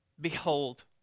Behold